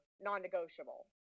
non-negotiable